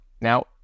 Now